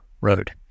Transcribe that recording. road